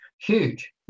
Huge